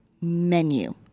menu